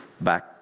back